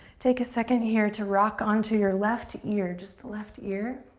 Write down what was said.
take a second here to rock onto your left ear, just the left ear.